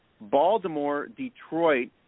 Baltimore-Detroit